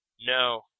No